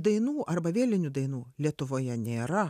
dainų arba vėlinių dainų lietuvoje nėra